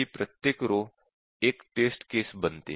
ही प्रत्येक रो एक test case बनते